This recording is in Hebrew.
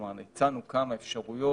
כלומר, ניצלנו כמה אפשרויות